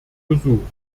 gesucht